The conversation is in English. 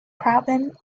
problem